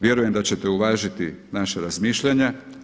Vjerujem da ćete uvažiti naša razmišljanja.